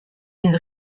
une